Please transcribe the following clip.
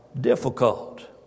difficult